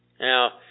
Now